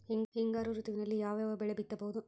ಹಿಂಗಾರು ಋತುವಿನಲ್ಲಿ ಯಾವ ಯಾವ ಬೆಳೆ ಬಿತ್ತಬಹುದು?